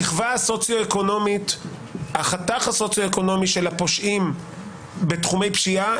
את החתך הסוציואקונומי של הפושעים בתחומי הפשיעה,